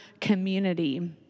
community